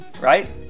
right